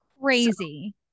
Crazy